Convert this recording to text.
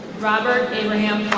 robert abraham